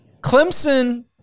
Clemson